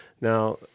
Now